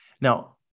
Now